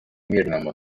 мирному